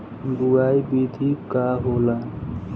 बुआई विधि का होला?